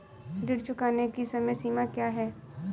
ऋण चुकाने की समय सीमा क्या है?